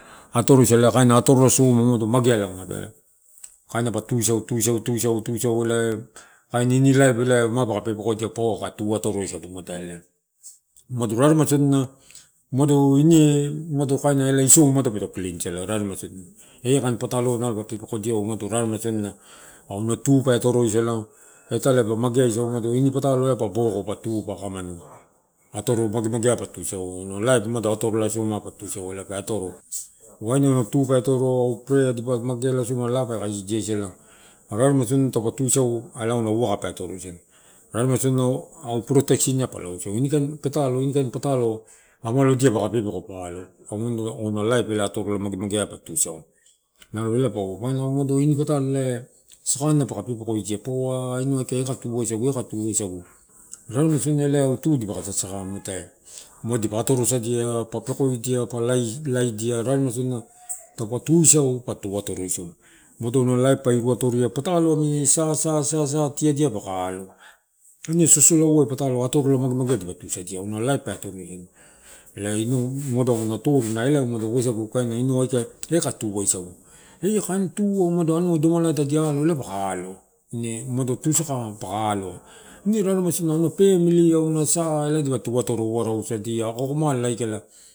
Atorisa ia, ela kaina atorola soma umado mageala umado kaina da tusau- tusau- tusau- tusau elae kaini ini laip eh elai paka pepekoidia paua ka tautoro sisagu elae. Umado raremai sodiua, umado kaina ine umado kaina ine isou peto klin sala rarema sodina. Ekaini patalo ua nalo papepekodia eui umado rarema sodina, auna tu pe atoro isala aga italae pa magea isau, elae ini patalo elae pa boko pa tu pa akakamanu, atoro magemage ai pa tu sau auna laip umado atoro lai soma pa tusau olae pe atoro waini tupe atoro au prea dipa mage alosoma laa pe kaisidia isala rarema sodina au proteksin pa laoisau, ini kainii patolo, ini kaini patolo amalodia paka pepe ko pa alo, ana laipmelae atoro la nago mage ai pa tusau. Nalo ela paua, ini ini patalo sakanina paka pepekodia, paua ahh inau aika eka tuwaisagu, eka tuwai sagu, raremasodiua elae au tu dipaka sasaka muatae, umado dipa atoro sadia, papekoidia, pa laidia rarema sodina taupa tuisau pa tuatoro isau. Umado auna laip pa iruatoria, patalo atorola, sa- sa- sa- sa tiadiai paka alo. Ine sosolanai patalo atorola mage mage dipa tusadia. Umado uasagu kainnu inau aika eka tu uaisagu, eakaini tu na umado anua tadi alo elae paka alo ine umado tu sakaa paka aloa. Ine raremai sodinai anuna pemli auna saa elae dipa tu atoro uasadia ako ako malala aikala.